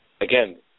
again